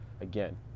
again